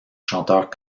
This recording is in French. chanteur